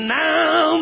now